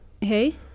Hey